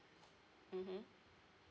mmhmm